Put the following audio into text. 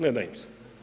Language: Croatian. Neda im se.